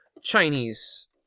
Chinese